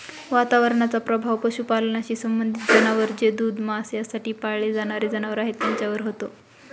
वातावरणाचा प्रभाव पशुपालनाशी संबंधित जनावर जे दूध, मांस यासाठी पाळले जाणारे जनावर आहेत त्यांच्यावर होतो